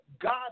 God